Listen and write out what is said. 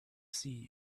see